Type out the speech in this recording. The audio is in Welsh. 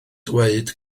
dweud